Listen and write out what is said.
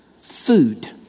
food